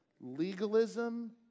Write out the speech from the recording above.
legalism